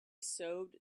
sewed